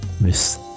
Miss